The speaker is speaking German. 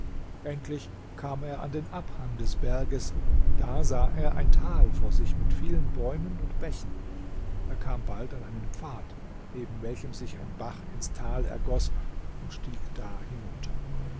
endlich kam er an den abhang des berges da sah er ein tal vor sich mit vielen bäumen und bächen er kam bald an einen pfad neben welchem sich ein bach ins tal ergoß und stieg da hinunter